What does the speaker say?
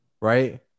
right